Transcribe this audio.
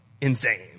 insane